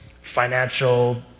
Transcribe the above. Financial